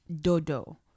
dodo